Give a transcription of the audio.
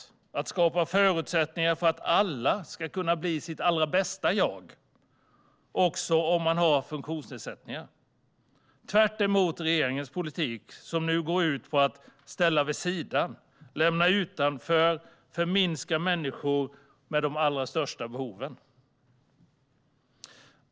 Det handlar om att skapa förutsättningar för att alla ska kunna bli sitt bästa jag också om man har funktionsnedsättningar, tvärtemot regeringens politik, som går ut på att ställa vid sidan, lämna utanför och förminska människor med de största behoven.